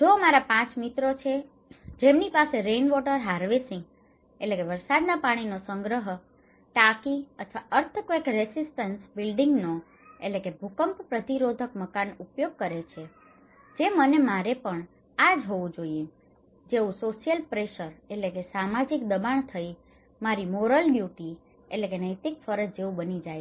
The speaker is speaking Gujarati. જો મારા 5 મિત્રો છે જેમની પાસે rain water harvesting rain water harvesting વરસાદના પાણીનો સંગ્રહ ટાંકી અથવા અર્થક્વેક રેસિસ્ટંટ બિલ્ડિંગનો earthquake resistant building ભૂકંપ પ્રતિરોધક મકાન ઉપયોગ કરે છે જે મને મારે પણ આ જ હોવું જોઈએ જેવું સોશિયલ પ્રેશર social pressure સામાજિક દબાણ થઈને મારી મોરલ ડ્યૂટિ moral duty નૈતિક ફરજ જેવું બની જાય છે